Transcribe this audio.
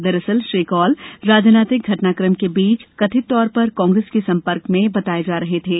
दरअसल श्री कौल राजनैतिक घटनाक्रम के बीच कथित तौर पर कांग्रेस के संपर्क में बताए जा रहे थे